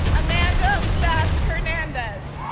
amanda beth hernandez,